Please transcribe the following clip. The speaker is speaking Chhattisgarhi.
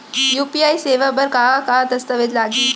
यू.पी.आई सेवा बर का का दस्तावेज लागही?